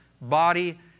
body